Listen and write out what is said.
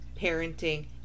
parenting